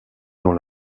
dans